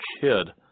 kid